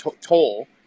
toll